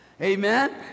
Amen